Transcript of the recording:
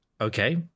okay